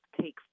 take